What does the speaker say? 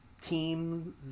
team